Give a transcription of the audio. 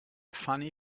funny